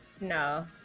No